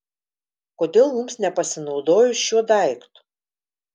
kodėl mums nepasinaudojus šiuo daiktu